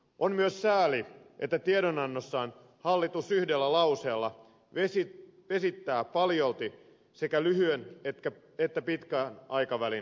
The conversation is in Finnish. on myös sääli että tiedonannossaan hallitus yhdellä lauseella vesittää paljolti sekä lyhyen että pitkän aikavälin tavoitteitaan